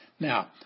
Now